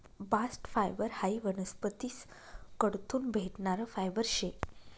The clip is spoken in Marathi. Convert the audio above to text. बास्ट फायबर हायी वनस्पतीस कडथून भेटणारं फायबर शे